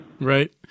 Right